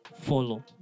follow